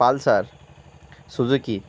pulsar Suzuki